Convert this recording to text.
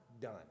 done